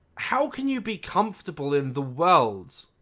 how can you be comfortable in the world?